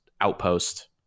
outpost